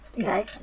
Okay